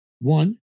One